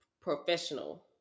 professional